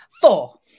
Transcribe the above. Four